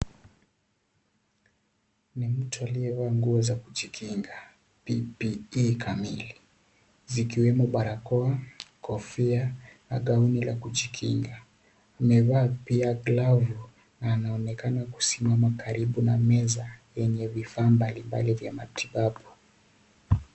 Ni mtu aliyevaa nguo za kujikinga PPE kamili ,zikiwemo barakoa, kofia na gauni la kujikinga. Amevaa pia glavu na anaonekana kusimama karibu na meza, yenye vifaa mbalimbali vya matibabu.